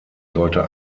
sollte